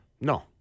No